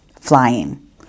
flying